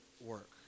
work